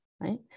right